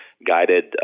guided